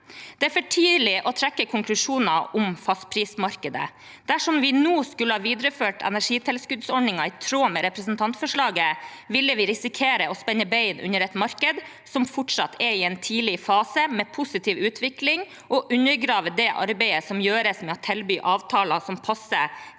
et mer fungerende fastprismarked skulle ha videreført energitilskuddsordningen i tråd med representantforslaget, ville vi risikere å spenne ben under et marked som fortsatt er i en tidlig fase med positiv utvikling, og undergrave det arbeidet som gjøres med å tilby avtaler som passer